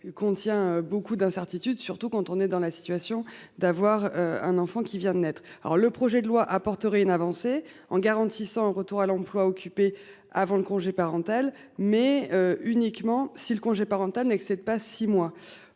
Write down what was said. Contient beaucoup d'incertitudes, surtout quand on est dans la situation d'avoir un enfant qui vient de naître. Alors le projet de loi apporterait une avancée en garantissant en retour à l'emploi occupé avant le congé parental mais uniquement si le congé parental n'excède pas 6 mois.